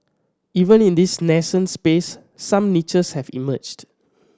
even in this nascent space some niches have emerged